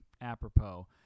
apropos